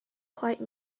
quite